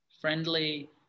Friendly